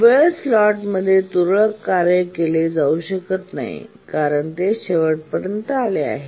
वेळ स्लॉटमध्ये तुरळक कार्य केले जाऊ शकत नाही कारण ते शेवटपर्यंत आले आहे